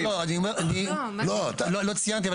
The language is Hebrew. לא ציינתי,